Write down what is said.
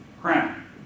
crown